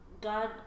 God